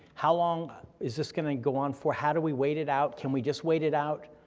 how long is this gonna go on for, how do we wait it out, can we just wait it out?